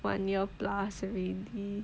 one year plus already